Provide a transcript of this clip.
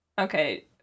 Okay